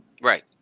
right